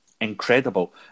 incredible